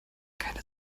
keine